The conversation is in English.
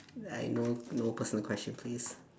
uh no no personal question please